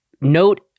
note